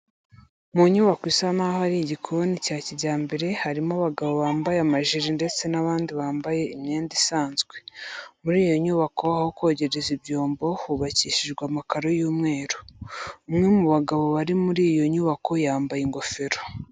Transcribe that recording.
Mu nyubako isa naho ari igikoni cya kijyambere harimo abagabo bambaye amajiri ndetse n'abandi bambaye imyenda isanzwe. Muri iyo nyubako aho kogereza ibyombo hubakishijwe amakaro y'umweru. Umwe mu bagabo bari muri iyo nyubako yambaye ingofero.